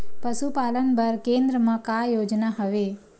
पशुपालन बर केन्द्र म का योजना हवे?